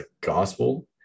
gospel